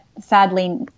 sadly